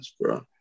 bro